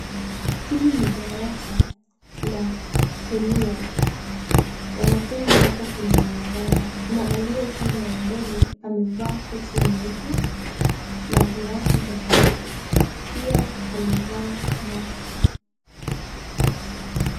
Hili ni darasa la kemia, wanafunzi wako kwenye maaraba, na aliye pande wa mbele amevaa koti nyeupe na glasi za macho pia amevaa maski .